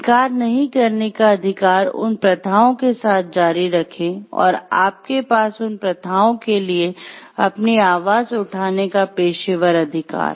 इंकार नहीं करने का अधिकार उन प्रथाओं के साथ जारी रखें और आपके पास उन प्रथाओं के लिए अपनी आवाज़ उठाने का पेशेवर अधिकार